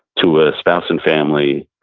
to ah spouse and family,